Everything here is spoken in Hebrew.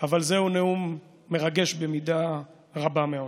אבל זהו נאום מרגש במידה רבה מאוד.